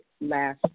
last